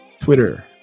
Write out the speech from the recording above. Twitter